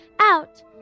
out